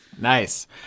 Nice